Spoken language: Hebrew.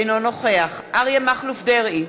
אינו נוכח אריה מכלוף דרעי,